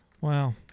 Wow